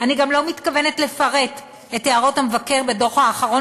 אני גם לא מתכוונת לפרט את הערות המבקר בדוח האחרון